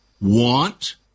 want